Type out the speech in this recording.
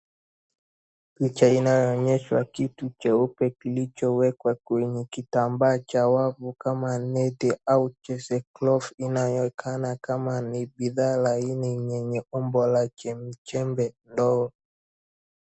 Picha inaonyeshwa kitu cheupe kilichowekwa kwenye kitambaa cha wavu kama neti au lace cloth inaonekana kama ni bidhaa laini lenye umbo la chembe chembe ndogo.